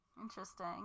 Interesting